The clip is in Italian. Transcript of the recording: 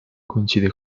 coincide